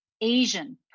Asian